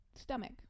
stomach